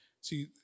See